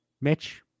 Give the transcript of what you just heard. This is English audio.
Mitch